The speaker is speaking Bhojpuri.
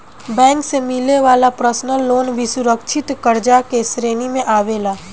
बैंक से मिले वाला पर्सनल लोन भी असुरक्षित कर्जा के श्रेणी में आवेला